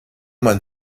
man